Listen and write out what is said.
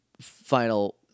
final